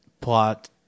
plot